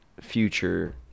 future